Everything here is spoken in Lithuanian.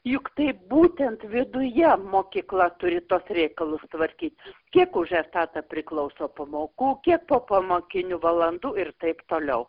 juk tai būtent viduje mokykla turi tuos reikalus tvarkytis kiek už etatą priklauso pamokų kiek popamokinių valandų ir taip toliau